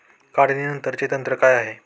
काढणीनंतरचे तंत्र काय आहे?